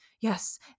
Yes